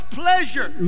pleasure